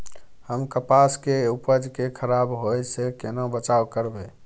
हम कपास के उपज के खराब होय से केना बचाव करबै?